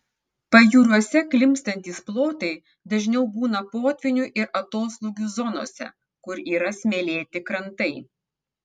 pajūriuose klimpstantys plotai dažniau būna potvynių ir atoslūgių zonose kur yra smėlėti krantai